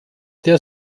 der